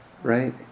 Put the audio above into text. right